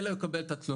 אלא הוא יקבל את התלונה,